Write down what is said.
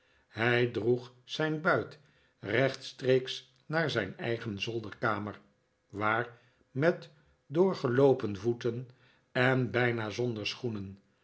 hij droeg zijn buit rechtstreeks naar zijn eigen zolderkamer waar met doorgeloopen voeten en bijna zonder schoenen